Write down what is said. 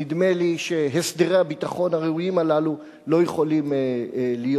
נדמה לי שהסדרי הביטחון הראויים הללו לא יכולים להיות